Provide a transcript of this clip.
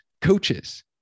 coaches